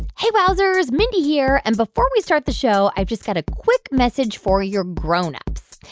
hey, wowzers. mindy here. and before we start the show, i've just got a quick message for your grown-ups.